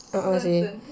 uh uh seh